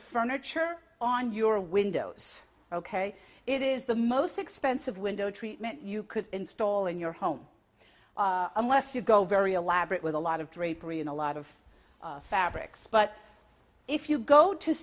furniture on your windows ok it is the most expensive window treatment you could install in your home unless you go very elaborate with a lot of drapery and a lot of fabrics but if you go to